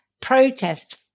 protest